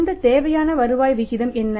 இந்த தேவையான வருவாய் விகிதம் என்ன